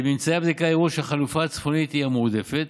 ממצאי הבדיקה הראו שהחלופה הצפונית היא המועדפת,